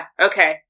okay